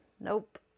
Nope